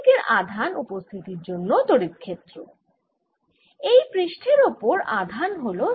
এবার আমি যদি গাউস এর সুত্র ব্যবহার করি E ডট d s এ অবদান কিন্তু শুধু এই তলার পৃষ্ঠ ও ওপরের পৃষ্ঠ থেকে আসবে আর ভেতরে তো E সমান 0